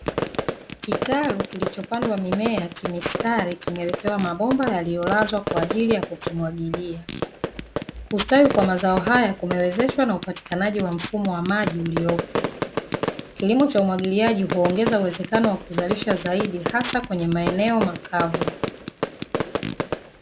Kitalu kilichopandwa mimea kimistari, kimewekewa mabomba yaliyolazwa kwa ajili ya kukimwagilia. Kustawi kwa mazao haya kumewezeshwa na upatikanaji wa mfumo wa maji uliopo. Kilimo cha umwagiliaji huongeza uwezekano wa kuzalisha zaidi hasa kwenye maeneo makavu .